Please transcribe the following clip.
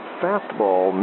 fastball